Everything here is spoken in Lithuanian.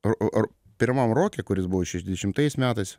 ar ar ar pirma maroke kuris buvo šešiasdešimtais metais